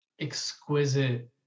exquisite